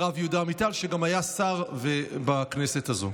עמיטל, שגם היה שר בכנסת הזו,